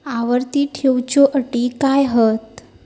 आवर्ती ठेव च्यो अटी काय हत?